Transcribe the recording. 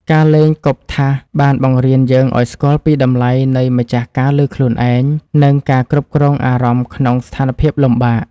ការលេងគប់ថាសបានបង្រៀនយើងឱ្យស្គាល់ពីតម្លៃនៃម្ចាស់ការលើខ្លួនឯង និងការគ្រប់គ្រងអារម្មណ៍ក្នុងស្ថានភាពលំបាក។